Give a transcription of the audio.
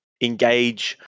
engage